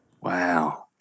Wow